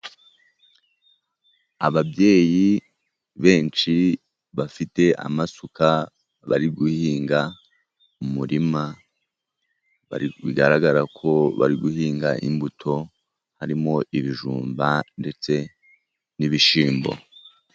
Ababyeyi benshi bafite amasuka, bari guhinga umurima, bigaragara ko bari guhinga imbuto, harimo ibijumba, ndetse n'ibishyimbo.